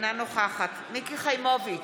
אינה נוכחת מיקי חיימוביץ'